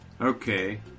Okay